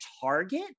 target